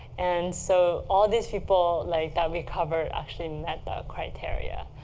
and so all these people like that we cover actually met the criteria.